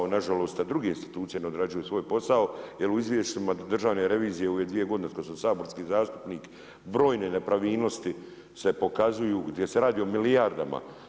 Na žalost druge institucije ne odrađuju svoj posao, jer u izvješćima državne revizije u ove dvije godine od kada sam saborski zastupnik brojne nepravilnosti se pokazuju gdje se radi o milijardama.